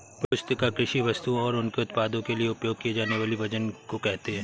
पुस्तिका कृषि वस्तुओं और उनके उत्पादों के लिए उपयोग किए जानेवाले वजन को कहेते है